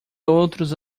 outros